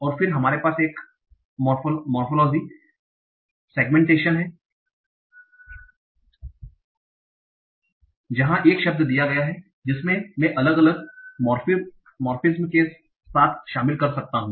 और फिर हमारे पास एक मोरफोलोजी सेग्मेंटेशन morphology segmentation आकृति विज्ञान विभाजन है जहां एक शब्द दिया गया है जिसमें मैं अलग अलग morpheme के साथ शामिल कर सकता हूं